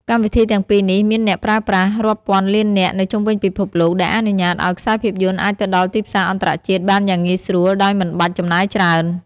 កម្មវិធីទាំងពីរនេះមានអ្នកប្រើប្រាស់រាប់ពាន់លាននាក់នៅជុំវិញពិភពលោក ដែលអនុញ្ញាតឱ្យខ្សែភាពយន្តអាចទៅដល់ទីផ្សារអន្តរជាតិបានយ៉ាងងាយស្រួលដោយមិនបាច់ចំណាយច្រើន។